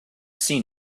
seen